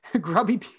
grubby